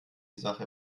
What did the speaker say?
sache